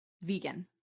vegan